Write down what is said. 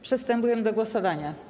Przystępujemy do głosowania.